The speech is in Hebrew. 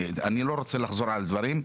אני לא רוצה לחזור על דברים.